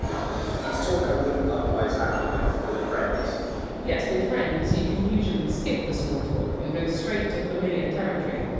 um talk i wouldn! t otherwise have with with a friend yes, with friends you can usually skip the small talk and go straight to familiar territory.